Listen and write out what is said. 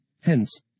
hence